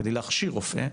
כדי להכשיר רופא,